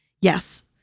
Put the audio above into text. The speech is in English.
Yes